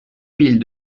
mille